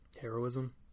heroism